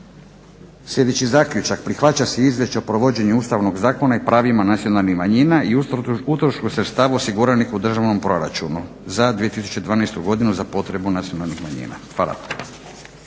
sljedeći zaključak. Prihvaća se izvješće o provođenju Ustavnog zakona i pravima nacionalnih manjina i utrošku sredstava osiguranih u Državnom proračunu za 2012.godinu za potrebu nacionalnih manjina. Hvala.